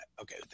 Okay